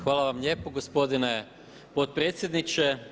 Hvala vam lijepo gospodine potpredsjedniče.